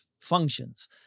functions